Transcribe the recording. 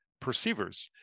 perceivers